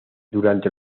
durante